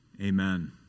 Amen